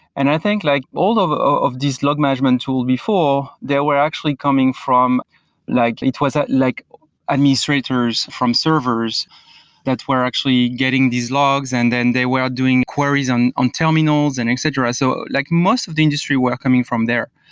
and i think like all of of these log management tools before, there were actually coming from like it was ah like administrators from servers that were actually getting these logs and then they were doing queries on on terminals and etc. so like most of the industry were coming from there,